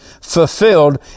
fulfilled